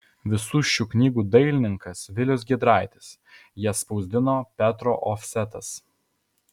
visų šių knygų dailininkas vilius giedraitis jas spausdino petro ofsetas